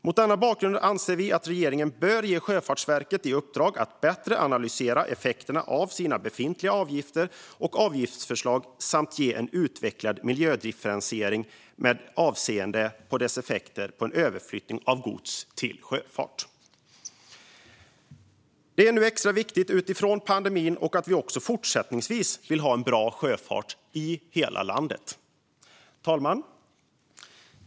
Mot denna bakgrund anser vi att regeringen bör ge Sjöfartsverket i uppdrag att bättre analysera effekterna av sina befintliga avgifter och avgiftsförslag samt utveckla en miljödifferentiering med avseende på dess effekter på överflyttning av gods till sjöfart. Detta är extra viktigt mot bakgrund av pandemin och för att vi också fortsättningsvis vill ha en bra sjöfart i hela landet. Fru talman!